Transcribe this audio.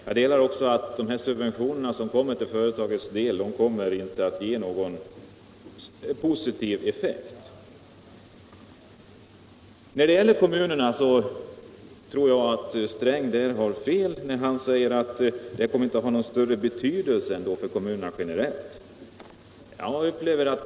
Jag delar också uppfattningen att subventionerna till företagen inte kommer att ge någon positiv effekt. Jag anser att finansminister Sträng har fel när han säger att en sänkning av arbetsgivaravgiften generellt för kommunerna inte skulle få någon större betydelse.